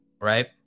right